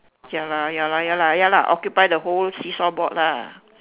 ya lah ya lah ya lah ya lah occupy the whole see-saw board lah